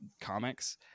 comics